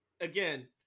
again